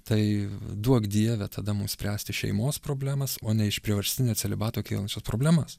tai duok dieve tada mums spręsti šeimos problemas o ne iš priverstinio celibato kilusias problemas